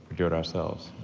do it ourselves.